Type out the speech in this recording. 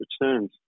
returns